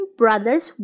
brothers